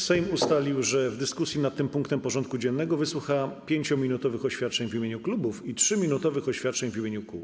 Sejm ustalił, że w dyskusji nad tym punktem porządku dziennego wysłucha 5-minutowych oświadczeń w imieniu klubów i 3-minutowych oświadczeń w imieniu kół.